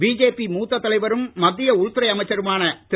BJP மூத்த தலைவரும் மத்திய உள்துறை அமைச்சருமான திரு